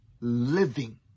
living